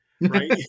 right